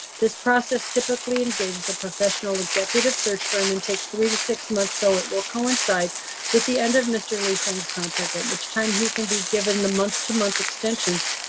this process typically engages a professional executive search firm and takes three to six months. so it will coincide with the end of mr lee-sung's contract at which time he can be given the month to month extensions,